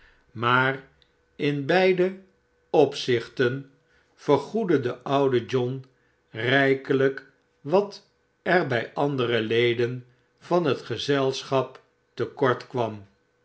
maar in beide i zichten vergoedde de oude john rijkelijk wat er bij andere leden van het gezelschap te kort kwam